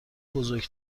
بزرگ